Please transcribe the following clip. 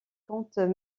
contes